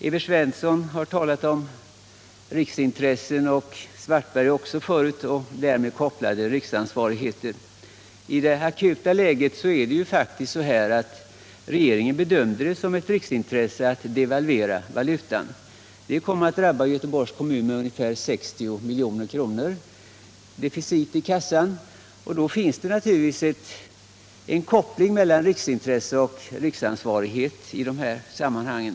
Evert Svensson — och tidigare i debatten Karl-Erik Svartberg — har talat om riksintressen och därtill kopplat riksansvar. Man kan hävda att det är på följande sätt: I det akuta läget bedömde regeringen det som ett riksintresse att devalvera valutan. Det kom att drabba Göteborgs kommun i form av en minskning i kassan med ungefär 60 milj.kr. Det finns alltså en koppling mellan riksintresse och riksansvarighet i det här sammanhanget.